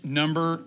number